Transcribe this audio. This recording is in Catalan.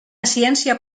ciència